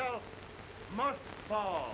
oh oh